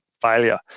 failure